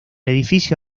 edificio